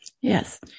Yes